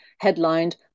headlined